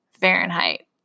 Fahrenheit